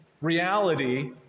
reality